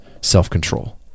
self-control